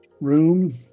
room